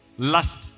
Lust